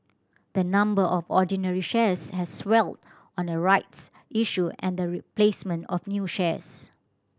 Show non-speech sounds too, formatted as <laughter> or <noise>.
the number of ordinary shares has swelled on a rights issue and the <unintelligible> placement of new shares